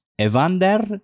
Evander